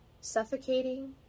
suffocating